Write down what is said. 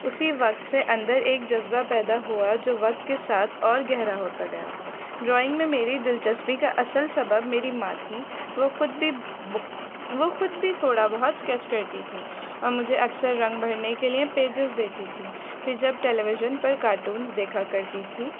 اسی وقت سے اندر ایک جذبہ پیدا ہوا جو وقت کے ساتھ اور گہرا ہوتا گیا ڈرائنگ میں میری دلچسپی کا اصل سبب میری ماں تھیں وہ خود بھی وہ خود بھی تھوڑا بہت اسکیچ کرتی تھیں اور مجھے اکثر رنگ بھرنے کے لیے پیجیز دیتی تھیں پھر جب ٹیلی ویژن پر کارٹونس دیکھا کرتی تھی